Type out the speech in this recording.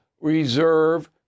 reserve